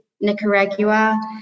Nicaragua